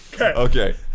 Okay